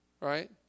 right